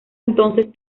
entonces